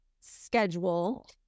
schedule